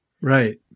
Right